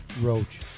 Roach